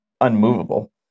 unmovable